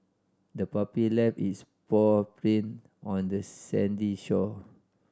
the puppy left its paw print on the sandy shore